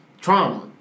Trauma